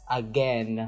again